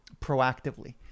proactively